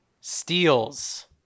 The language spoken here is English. steals